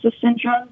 syndrome